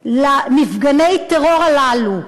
על מפגני הטרור הללו,